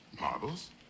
Marbles